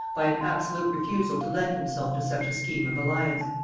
by an absolute refusal to lend himself to such a scheme of alliance.